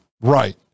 Right